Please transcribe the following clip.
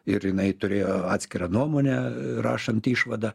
ir jinai turėjo atskirą nuomonę rašant išvadą